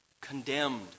condemned